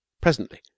Presently